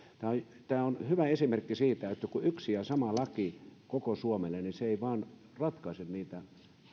tämä on hyvä esimerkki siitä että vain yksi ja sama laki koko suomelle ei ratkaise niitä